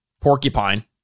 porcupine